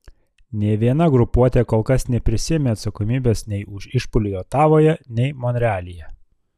nė viena grupuotė kol kas neprisiėmė atsakomybės nei už išpuolį otavoje nei monrealyje